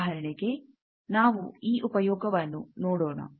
ಉದಾಹರಣೆಗೆ ನಾವು ಈ ಉಪಯೋಗವನ್ನು ನೋಡೋಣ